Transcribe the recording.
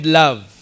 love